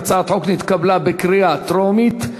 הצעת החוק התקבלה בקריאה טרומית,